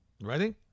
Ready